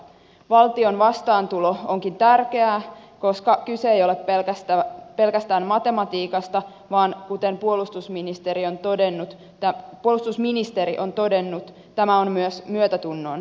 valtion vastaantulo onkin tärkeää koska kyse ei ole pelkästään matematiikasta vaan kuten puolustusministeri on todennut tämä on myös myötätunnon asia